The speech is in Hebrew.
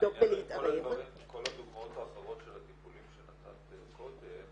לבדוק ולהתערב- - כל הדוגמאות האחרות של הטיפולים שנתת קודם